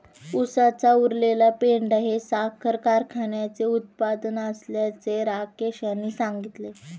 उसाचा उरलेला पेंढा हे साखर कारखान्याचे उपउत्पादन असल्याचे राकेश यांनी सांगितले